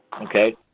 Okay